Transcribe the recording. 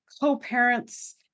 co-parents